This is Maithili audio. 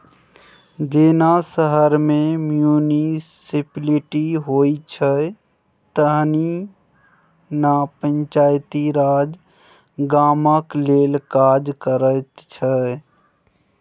जेना शहर मे म्युनिसप्लिटी होइ छै तहिना पंचायती राज गामक लेल काज करैत छै